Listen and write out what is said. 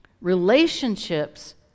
Relationships